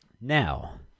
Now